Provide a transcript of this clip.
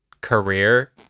career